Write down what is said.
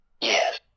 yes